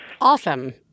awesome